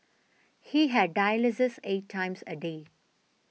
he had dialysis eight times a day